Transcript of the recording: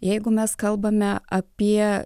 jeigu mes kalbame apie